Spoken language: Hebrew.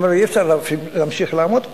ואומר לי: אי-אפשר להמשיך לעמוד פה,